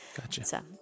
Gotcha